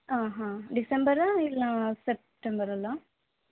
ಆಂ ಹಾಂ ಡಿಸೆಂಬರ್ ಇಲ್ಲ ಸೆಪ್ಟೆಂಬರಲ್ಲಾ